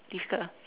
difficult ah